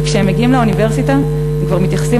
וכשהם מגיעים לאוניברסיטה הם כבר מתייחסים